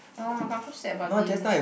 oh-my-gosh so sad about this